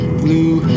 blue